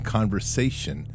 Conversation